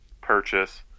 purchase